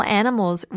animals